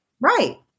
right